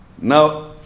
Now